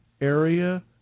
area